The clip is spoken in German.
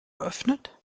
geöffnet